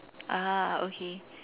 ah okay